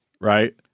right